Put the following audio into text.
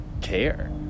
care